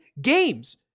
games